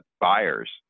buyers